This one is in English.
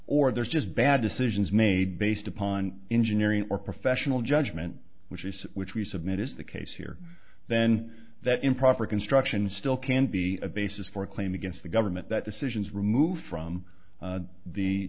or there's just bad decisions made based upon engineering or professional judgment which is which we submit is the case here then that improper construction still can be a basis for a claim against the government that decisions removed from